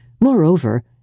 Moreover